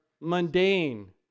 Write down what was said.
mundane